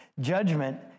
Judgment